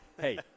hey